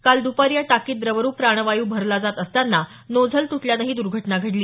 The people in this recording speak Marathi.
काल दुपारी या टाकीत द्रवरूप प्राणवायू भरला जात असताना नोझल तुटल्यानं ही दुर्घटना घडली